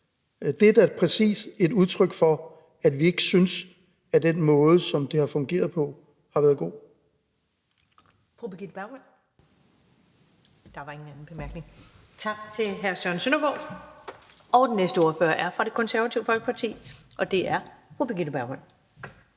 Det er da præcis et udtryk for, at vi ikke synes, at den måde, som det har fungeret på, har været god.